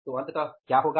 तो अंततः क्या होगा